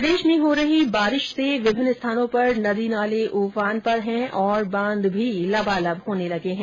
प्रदेश में हो रही बारिश से विभिन्न स्थानों पर नदी नाले उफान पर है और बांध भी लबालब होने लगे है